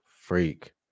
Freak